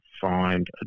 find